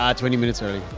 ah twenty minutes early,